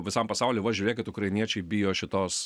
visam pasauliui va žiūrėkit ukrainiečiai bijo šitos